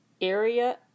Area